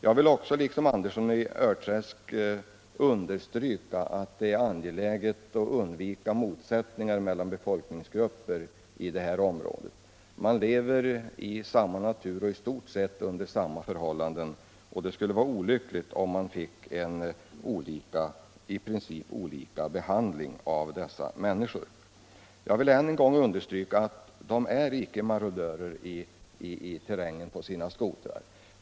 Jag vill också liksom herr Andersson i Lycksele understryka att det är angeläget att undvika motsättningar mellan befolkningsgrupper inom detta område. Man lever i samma natur och under i stort sett samma förhållanden. Det skulle vara olyckligt om man fick en i princip olika behandling av dessa människor. Jag vill än en gång understryka att ortsbefolkningen icke är marodörer i terrängen på sina skotrar.